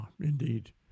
indeed